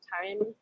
time